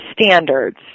standards